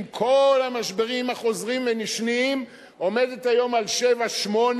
עם כל המשברים החוזרים ונשנים עומדת היום על 7.8%